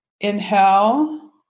Inhale